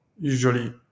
usually